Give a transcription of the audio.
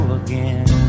again